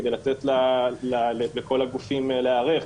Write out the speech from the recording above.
כדי לתת לכל הגופים להיערך.